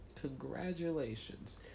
Congratulations